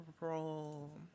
roll